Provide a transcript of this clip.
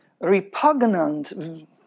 repugnant